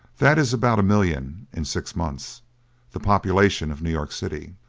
that is about a million in six months the population of new york city.